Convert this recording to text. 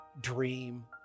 dream